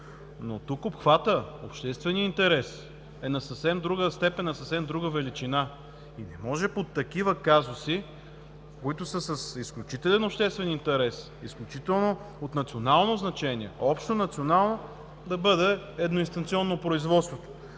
Но тук обхватът, общественият интерес е на съвсем друга степен, на съвсем друга величина. Не може по такива казуси, които са с изключителен обществен интерес, изключително от национално значение, общонационално, да бъде едноинстанционно производството!